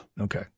Okay